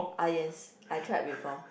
ah yes I tried before